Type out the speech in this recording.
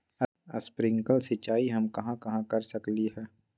Sprinkle सिंचाई हम कहाँ कहाँ कर सकली ह?